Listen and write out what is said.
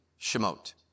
Shemot